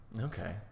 Okay